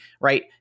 right